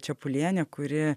čepulienė kuri